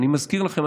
אני מזכיר לכם,